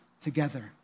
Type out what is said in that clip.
together